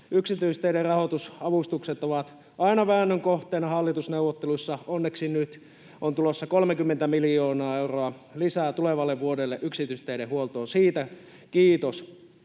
Yksityisteiden rahoitusavustukset ovat aina väännön kohteena hallitusneuvotteluissa. Onneksi nyt on tulossa 30 miljoonaa euroa lisää tulevalle vuodelle yksityisteiden huoltoon. Siitä kiitos.